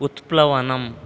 उत्प्लवनम्